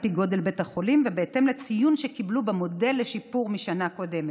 על פי גודל בית החולים ובהתאם לציון שקיבלו במודל לשיפור משנה קודמת.